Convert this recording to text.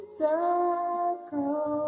circle